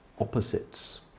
opposites